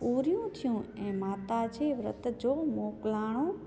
पूरियूं थियूं ऐं माता जे विर्त जो मोकिलाणो